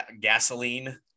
gasoline